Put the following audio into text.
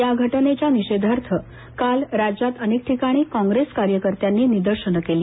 या घटनेच्या निषेधार्थ काल राज्यात अनेक ठिकाणी कॉंग्रेस कार्यकर्त्यांनी निदर्शनं केली